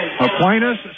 Aquinas